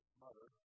mother